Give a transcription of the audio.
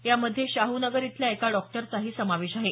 यामध्ये शाहू नगर इथल्या एका डॉक्टरचाही समावेश आहे